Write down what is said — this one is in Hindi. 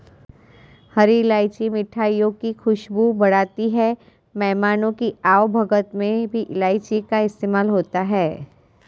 हरी इलायची मिठाइयों की खुशबू बढ़ाती है मेहमानों की आवभगत में भी इलायची का इस्तेमाल होता है